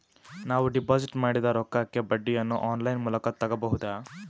ನಾವು ಡಿಪಾಜಿಟ್ ಮಾಡಿದ ರೊಕ್ಕಕ್ಕೆ ಬಡ್ಡಿಯನ್ನ ಆನ್ ಲೈನ್ ಮೂಲಕ ತಗಬಹುದಾ?